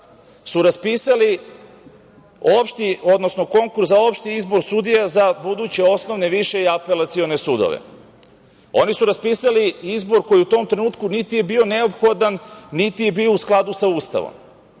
odnosno Konkurs za opšti izbor sudija za buduće osnovne, više i apelacione sudove. Oni su raspisali izbor koji u tom trenutku niti je bio neophodan, niti je bio u skladu sa Ustavom.